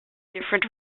different